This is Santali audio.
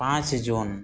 ᱯᱟᱸᱪ ᱡᱩᱱ